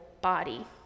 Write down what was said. body